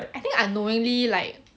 I think unknowingly like